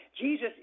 Jesus